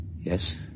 Yes